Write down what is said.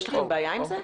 יש לכם בעיה עם זה?